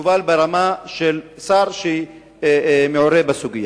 תובל ברמה של שר שמעורה בסוגיה.